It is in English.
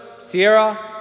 Sierra